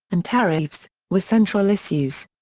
and tariffs, were central issues.